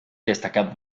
destacado